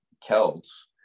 Celts